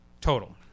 total